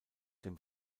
dem